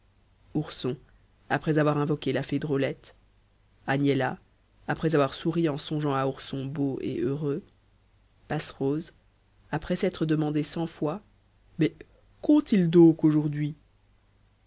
ourson après avoir invoqué la fée drôlette agnella après avoir souri en songeant à ourson beau et heureux passerose après s'être demandé cent fois mais qu'ont-ils donc aujourd'hui